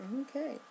Okay